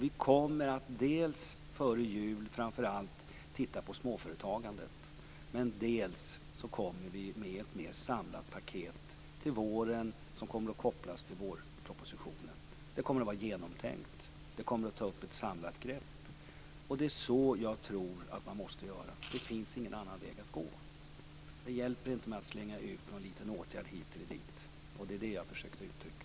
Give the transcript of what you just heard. Vi kommer dels att före jul titta på framför allt småföretagandet, dels att till våren komma med ett mer samlat paket som kommer att kopplas till vårpropositionen. Det kommer att vara genomtänkt, och det kommer att ta ett samlat grepp. Det är så jag tror att man måste göra. Det finns ingen annan väg att gå. Det hjälper inte att slänga ut någon liten åtgärd hit eller dit, och det var det jag försökte uttrycka.